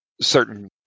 certain